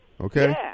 okay